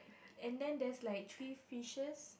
and then there's like three fishes